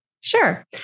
Sure